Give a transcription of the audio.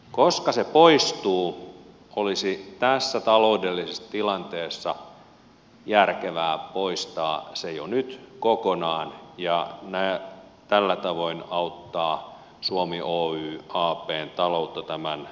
koska se poistuu olisi tässä taloudellisessa tilanteessa järkevää poistaa se jo nyt kokonaan ja tällä tavoin auttaa suomi oy abn taloutta tämän laman yli